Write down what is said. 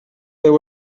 there